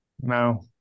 No